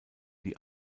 die